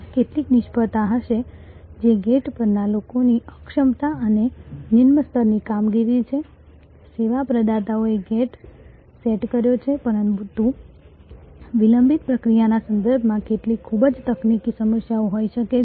કેટલીક નિષ્ફળતા હશે જે ગેટ પરના લોકોની અક્ષમતા અથવા નિમ્ન સ્તરની કામગીરી છે સેવા પ્રદાતાએ ગેટ સેટ કર્યો છે પરંતુ વિલંબિત પ્રક્રિયાના સંદર્ભમાં કેટલીક ખૂબ જ તકનીકી સમસ્યાઓ હોઈ શકે છે